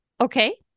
Okay